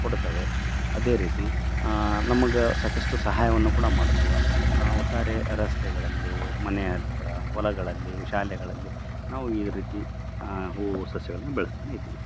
ಕೊಡುತ್ತವೆ ಅದೇ ರೀತಿ ನಮಗೆ ಸಾಕಷ್ಟು ಸಹಾಯವನ್ನು ಕೂಡ ಮಾಡ್ತಾವೆ ಒಟ್ಟಾರೆ ರಸ್ತೆಗಳಲ್ಲಿ ಮನೆ ಹತ್ತಿತ್ರ ಹೊಲಗಳಲ್ಲಿ ಶಾಲೆಗಳಲ್ಲಿ ನಾವು ಈ ರೀತಿ ಹೂವು ಸಸ್ಯಗಳನ್ನ ಬೆಳೆಸ್ತಾನೆ ಇದ್ದೀವಿ